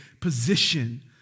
position